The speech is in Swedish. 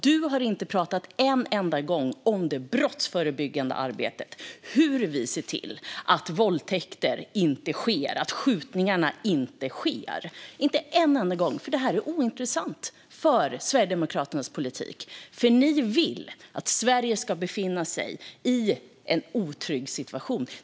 Du har inte en enda gång pratat om det brottsförebyggande arbetet, det vill säga hur vi ser till att våldtäkter inte sker, att skjutningar inte sker. Inte en enda gång! Detta är ointressant för Sverigedemokraternas politik. Ni vill att Sverige ska befinna sig i en otrygg situation.